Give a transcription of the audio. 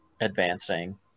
advancing